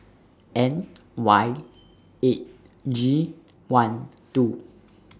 N Y eight G one two